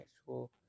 actual